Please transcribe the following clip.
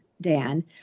Dan